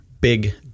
big